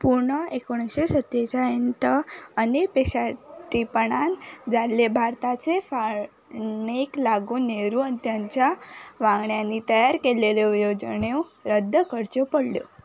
पूण एकुणशे सत्तेचाळीसांत अनपेक्षतीपणान जाल्ले भारताचे फाळणेक लागून नेहरू आनी तांच्या वांगड्यांनी तयार केल्ल्यो येवजण्यो रद्द करच्यो पडल्यो